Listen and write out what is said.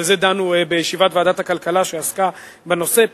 על זה דנו בישיבת ועדת הכלכלה שעסקה בנושא,